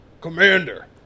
Commander